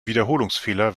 wiederholungsfehler